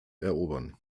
erobern